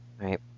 Right